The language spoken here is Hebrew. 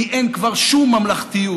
כי אין כבר שום ממלכתיות.